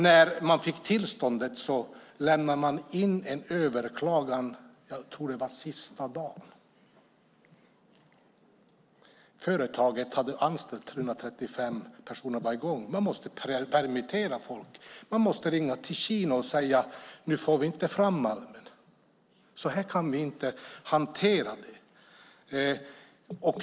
När man fick tillståndet lämnade man in en överklagan - jag tror att det var sista dagen. Företaget hade anställt 335 personer och var i gång. Man måste permittera folk, och man måste ringa till Kina och säga att man inte fick fram malm.